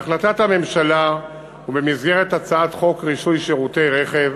בהחלטת הממשלה ובמסגרת הצעת חוק רישוי שירותים לרכב,